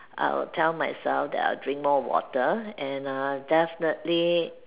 I will tell myself that I will drink more water and err definitely